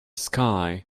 sky